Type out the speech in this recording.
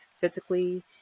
physically